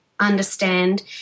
understand